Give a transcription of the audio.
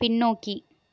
பின்னோக்கி